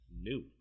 new